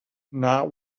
not